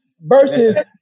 versus